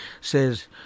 says